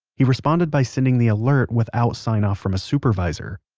he responded by sending the alert without sign-off from a supervisor.